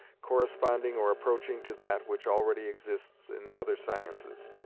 corresponding or approaching to that which already exists in the other sciences.